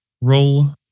roll